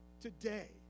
today